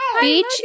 beach